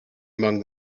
among